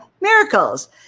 miracles